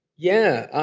yeah.